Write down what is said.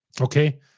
Okay